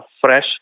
Fresh